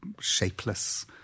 shapeless